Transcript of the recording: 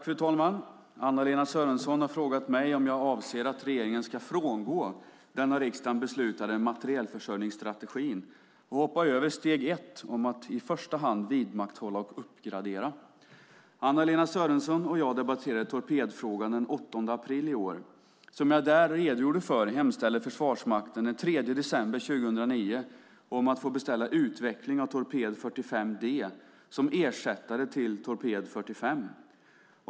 Fru talman! Anna-Lena Sörenson har frågat mig om jag avser att regeringen ska frångå den av riksdagen beslutade materielförsörjningsstrategin och hoppa över steg ett om att i första hand vidmakthålla och uppgradera. Anna-Lena Sörenson och jag debatterade torpedfrågan den 8 april i år. Som jag då redogjorde för hemställde Försvarsmakten den 3 december 2009 om att få beställa utveckling av torped 45D som ersättare till torped 45.